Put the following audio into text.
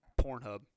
Pornhub